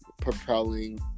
propelling